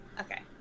Okay